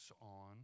on